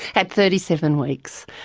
at thirty-seven weeks.